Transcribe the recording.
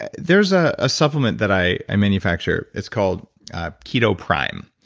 ah there's ah a supplement that i i manufacture. it's called ketoprime,